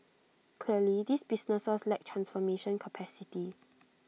clearly these businesses lack transformation capacity